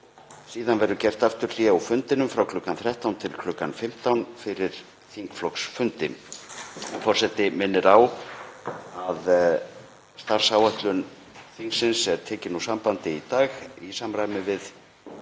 Síðan verður gert aftur hlé á fundinum frá kl. 13 til kl. 15 fyrir þingflokksfundi. Forseti minnir á að starfsáætlun þingsins er tekin úr sambandi í dag í samræmi við